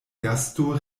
gasto